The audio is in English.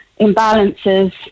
imbalances